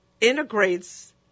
integrates